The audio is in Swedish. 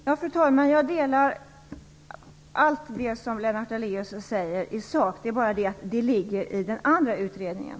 Fru talman! Jag delar alla Lennart Daléus synpunkter i sak. Det är bara det att de finns med i den andra utredningen.